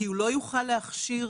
הוא לא יוכל להכשיר